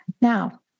Now